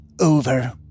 over